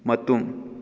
ꯃꯇꯨꯝ